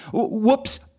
Whoops